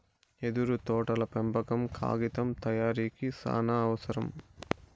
యెదురు తోటల పెంపకం కాగితం తయారీకి సానావసరం